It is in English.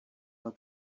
how